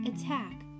attack